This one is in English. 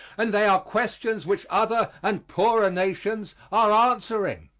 and they are questions which other and poorer nations are answering.